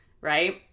right